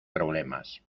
problemas